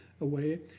away